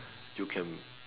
you can